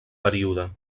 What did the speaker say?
període